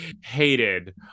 hated